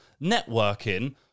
networking